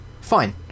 fine